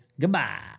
goodbye